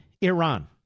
Iran